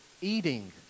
eating